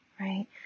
right